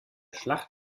schlacht